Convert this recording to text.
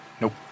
Nope